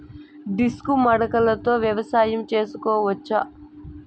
Disc మడకలతో వ్యవసాయం చేసుకోవచ్చా??